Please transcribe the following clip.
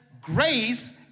Grace